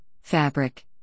fabric